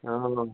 অঁ